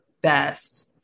best